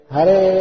Hare